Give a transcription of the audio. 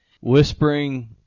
whispering